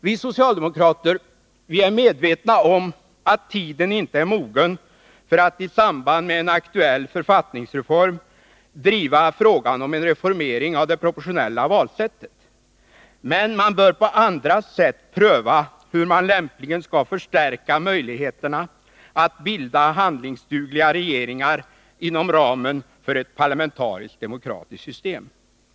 Vi socialdemokrater är medvetna om att tiden inte är mogen för att i samband med en aktuell författningsreform driva frågan om en reformering av det proportionella valsättet. Men man bör på andra sätt pröva hur man lämpligen skall förstärka möjligheterna att bilda handlingsdugliga regeringar inom ramen för ett parlamentariskt demokratiskt system.